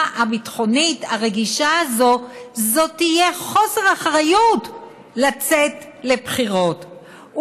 הביטחונית הרגישה הזאת זו תהיה חוסר אחריות לצאת לבחירות.